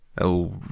Oh